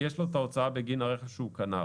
יש לו את ההוצאה בגין הרכב שהוא קנה.